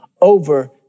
over